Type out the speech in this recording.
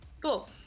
Cool